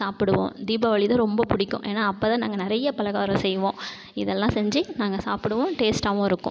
சாப்பிடுவோம் தீபாவளிதான் ரொம்ப பிடிக்கும் ஏன்னால் அப்போதான் நாங்கள் நிறைய பலகாரம் செய்வோம் இதல்லாம் செஞ்சு நாங்கள் சாப்பிடுவோம் டேஸ்ட்டாகவும் இருக்கும்